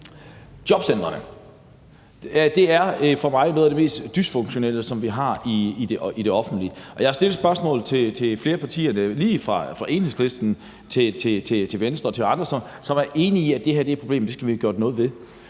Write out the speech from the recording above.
Jobcentrene er for mig noget af det mest dysfunktionelle, som vi har i det offentlige. Jeg har stillet spørgsmålet til flere af partierne, lige fra Enhedslisten til Venstre og andre, som er enige i, at det her er et problem, som vi skal have gjort noget ved.